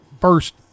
first